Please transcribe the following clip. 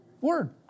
word